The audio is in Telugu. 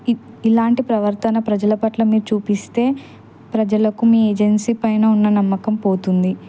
ఇలాంటి ప్రవర్తన ప్రజల పట్ల మీరు చూపిస్తే ప్రజలకు మీ ఏజెన్సీ పైన ఉన్న నమ్మకం పోతుంది